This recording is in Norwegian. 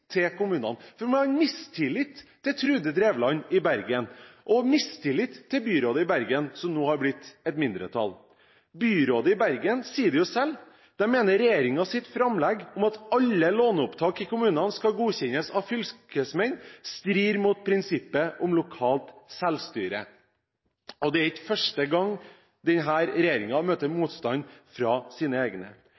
til byrådet i Bergen, som nå har blitt et mindretallsbyråd. Byrådet i Bergen sier selv at de mener regjeringens framlegg om at alle låneopptak i kommunene skal godkjennes av Fylkesmannen, strider mot prinsippet om lokalt selvstyre. Og det er ikke første gang denne regjeringen møter